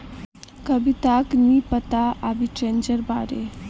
कविताक नी पता आर्बिट्रेजेर बारे